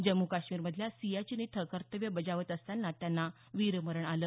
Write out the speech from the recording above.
जम्मू काश्मीरमधल्या सियाचिन इथं कर्तव्य बजावत असताना त्यांना वीरमरण आलं